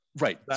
Right